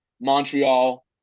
Montreal